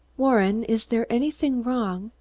warren, is there anything wrong?